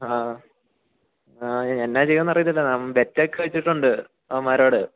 ആ എന്നാ ചെയ്യുക എന്ന് അറിയത്തില്ല ബെറ്റൊക്കെ വച്ചിട്ടുണ്ട് അവന്മാരോട്